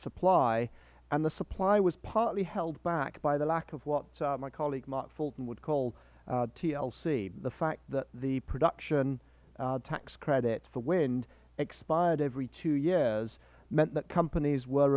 supply and the supply was partly held back by the lack of what my colleague mark fulton would call tlc the fact that the production tax credit for wind expired every two years meant that companies were